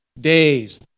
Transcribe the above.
days